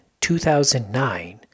2009